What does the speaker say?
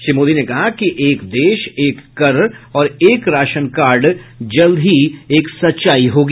श्री मोदी ने कहा कि एक देश एक कर और एक राशन कार्ड जल्द ही एक सच्चाई होगी